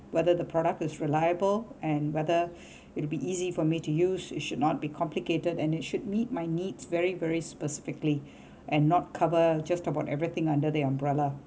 whether the product is reliable and whether will be easy for me to use it should not be complicated and it should meet my needs very very specifically and not cover just about everything under the umbrella